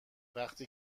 وقتی